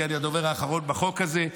כי אני הדובר האחרון בחוק הזה.